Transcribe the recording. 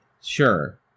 sure